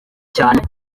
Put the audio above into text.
cyane